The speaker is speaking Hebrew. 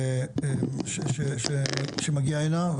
שמגיע הנה,